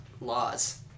laws